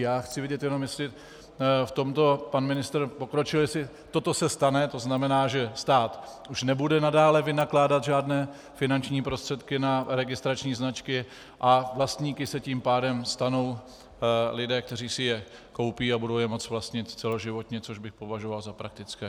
Já chci vědět, jestli v tomto pan ministr pokročil, jestli toto se stane, tzn. že stát už nebude nadále vynakládat žádné finanční prostředky na registrační značky a vlastníky se tím pádem stanou lidé, kteří si je koupí a budou je moct vlastnit celoživotně, což bych považoval za praktické.